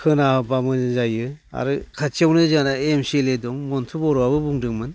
खोनाब्ला मोजां जायो आरो खाथियावनो जोंना एम सि एल ए दं मनथु बर'आबो बुंदोंमोन